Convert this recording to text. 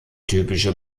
typische